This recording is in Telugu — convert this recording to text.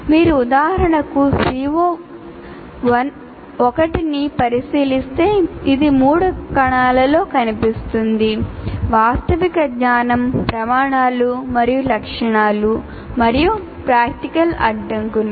మీరు ఉదాహరణకు CO1 ను పరిశీలిస్తే ఇది మూడు కణాలలో కనిపిస్తుంది వాస్తవిక జ్ఞానం ప్రమాణాలు మరియు లక్షణాలు మరియు ప్రాక్టికల్ అడ్డంకులు